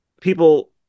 people